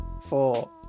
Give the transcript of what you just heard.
Four